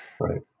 Right